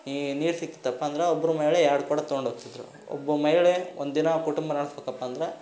ಈ ನೀರು ಸಿಕ್ತಿತ್ತಪ್ಪ ಅಂದ್ರೆ ಒಬ್ರು ಮಹಿಳೆ ಎರಡು ಕೊಡ ತಗೊಂಡು ಹೋಗ್ತಿದ್ದರು ಒಬ್ಬ ಮಹಿಳೆ ಒಂದು ದಿನ ಕುಟುಂಬ ನಡೆಸ್ಬೇಕಪ್ಪ ಅಂದ್ರೆ